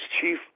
chief